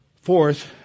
Fourth